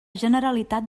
generalitat